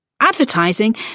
Advertising